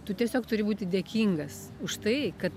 tu tiesiog turi būti dėkingas už tai kad